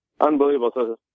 Unbelievable